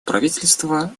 правительства